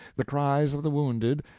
the cries of the wounded,